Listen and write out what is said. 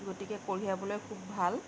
গতিকে কঢ়িয়াবলৈ খুব ভাল